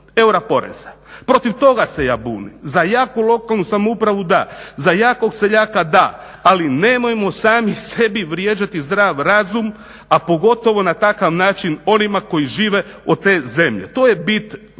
eura poreza. Protiv toga se ja bunim. Za jaku lokalnu samoupravu da, za jakog seljaka da, ali nemojmo sami sebi vrijeđati zdrav razum a pogotovo na takav način onima koji žive od te zemlje. To je bit,